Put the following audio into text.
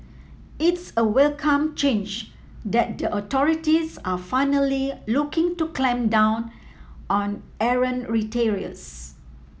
it's a welcome change that the authorities are finally looking to clamp down on errant retailers